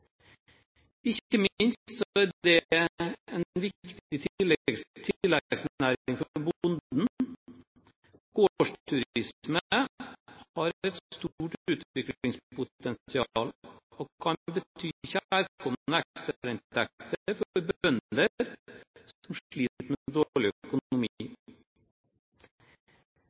Ikke minst er dette en viktig tilleggsnæring for bonden. Gårdsturisme har et stort utviklingspotensial og kan bety kjærkomne ekstrainntekter for bønder som sliter med dårlig økonomi.